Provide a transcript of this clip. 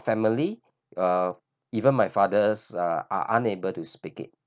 family uh even my fathers are unable to speak it